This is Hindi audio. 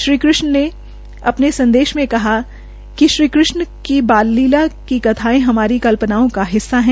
श्री नायड़ ने अपने संदेश मे कहा है कि श्री कृष्ण की बाल लीला की कथाये हमारी कल्पनाओं का हिस्सा है